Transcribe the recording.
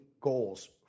goals